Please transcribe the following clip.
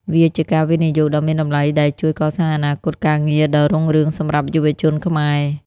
វាជាការវិនិយោគដ៏មានតម្លៃដែលជួយកសាងអនាគតការងារដ៏រុងរឿងសម្រាប់យុវជនខ្មែរ។